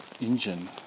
engine